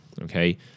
okay